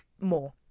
more